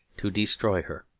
to destroy her.